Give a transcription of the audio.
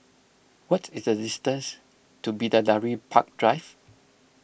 what is the distance to Bidadari Park Drive